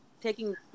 taking